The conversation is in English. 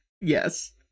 Yes